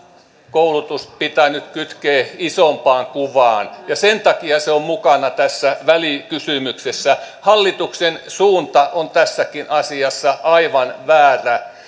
koulutus pitää nyt kytkeä isompaan kuvaan ja sen takia se on mukana tässä välikysymyksessä hallituksen suunta on tässäkin asiassa aivan väärä